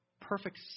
perfect